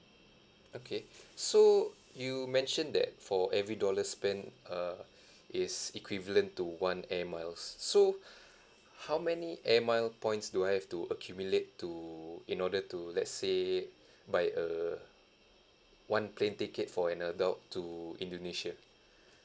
okay so you mentioned that for every dollar spent uh is equivalent to one air miles so how many air mile points do I have to accumulate to in order to let's say buy a one plane ticket for an adult to indonesia